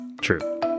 True